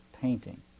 painting